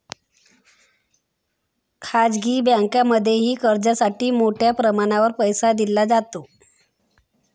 खाजगी बँकांमध्येही कर्जासाठी मोठ्या प्रमाणावर पैसा दिला जातो